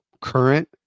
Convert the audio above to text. current